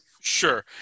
sure